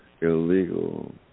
illegal